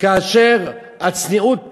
כאשר הצניעות